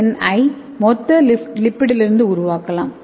என் ஐ மொத்த லிப்பிட்டிலிருந்து உருவாக்கலாம்